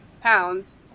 pounds